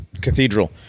cathedral